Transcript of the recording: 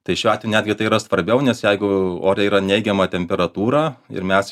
tai šiuo netgi tai yra svarbiau nes jeigu ore yra neigiama temperatūra ir mes